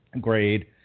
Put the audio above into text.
grade